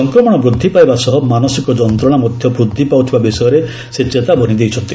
ସଂକ୍ରମଣ ବୃଦ୍ଧି ପାଇବା ସହ ମାନସିକ ଯନ୍ତ୍ରଣା ମଧ୍ୟ ବୃଦ୍ଧି ପାଉଥିବା ବିଷୟରେ ସେ ଚେତାବନୀ ଦେଇଛନ୍ତି